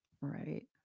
Right